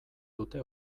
dute